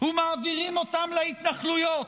ומעבירים אותם להתנחלויות?